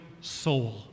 soul